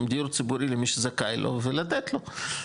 עם דיור ציבורי למי שזכאי לו ולתת לו.